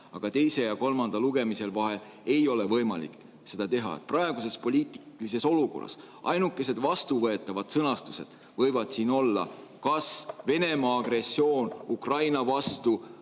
aga teise ja kolmanda lugemise vahel ei ole võimalik seda teha. Praeguses poliitilises olukorras ainukesed vastuvõetavad sõnastused võivad siin olla kas "Venemaa agressioon Ukraina vastu"